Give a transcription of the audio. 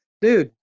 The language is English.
dude